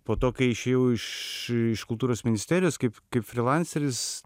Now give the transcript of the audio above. po to kai išėjau iš iš kultūros ministerijos kaip kaip frylanseris